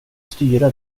styra